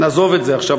נעזוב את זה עכשיו.